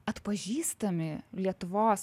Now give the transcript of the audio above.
atpažįstami lietuvos